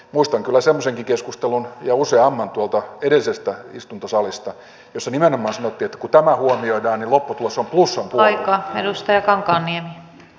ja muistan kyllä semmoisenkin keskustelun ja useamman tuolta edellisestä istuntosalista jossa nimenomaan sanottiin että kun tämä huomioidaan niin lopputulos on plussan puolella